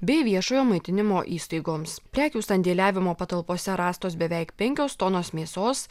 bei viešojo maitinimo įstaigoms prekių sandėliavimo patalpose rastos beveik penkios tonos mėsos